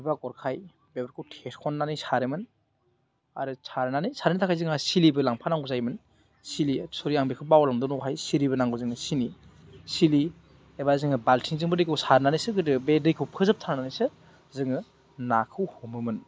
बबेबा गरखाइ बेफोरखौ थेसननानै सारोमोन आरो सारनानै सारनो थाखाय जोंहा सिलिबो लांफानांगौ जायोमोन सिलि सरि आं बेखौ बावलांदों दहाय सिरिबो नांगौ जोंनो सिनि सिलि एबा जोङो बाल्थिंजोंबो दैखौ सारनानैसो गोदो बे दैखौ फोजोबथारनानैसो जोङो नाखौ हमोमोन